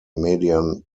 median